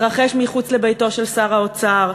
מתרחש מחוץ לביתו של שר האוצר,